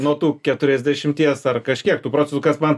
nuo tų keturiasdešimties ar kažkiek tų procentų kas man